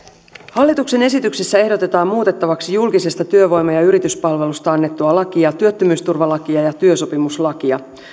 hallituksen esityksessä ehdotetaan muutettavaksi julkisesta työvoima ja yrityspalvelusta annettua lakia työttömyysturvalakia ja työsopimuslakia